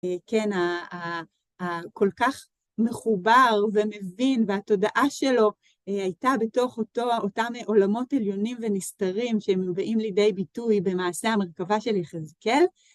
כן, כל כך מחובר ומבין, והתודעה שלו הייתה בתוך אותו אותם עולמות עליונים ונסתרים שהם מובאים לידי ביטוי במעשה המרכבה של יחזקאל.